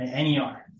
NER